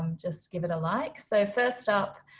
um just give it a like. so first up,